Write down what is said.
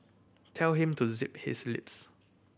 tell him to zip his lips